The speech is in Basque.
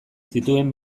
zituen